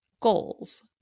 goals